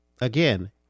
Again